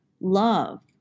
love